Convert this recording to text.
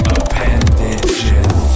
Appendages